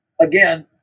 again